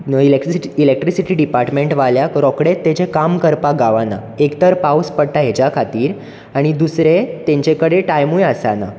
electricity electricity department वाल्याक रोखडेच तेचें कांम करपा गावना एक तर पावस पडटा हेच्या खातीर आनी दुसरें तेंचे कडेन टाय्मूय आसना